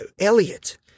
Elliot